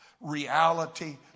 reality